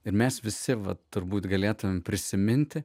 ir mes visi va turbūt galėtumėme prisiminti